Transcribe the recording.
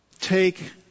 take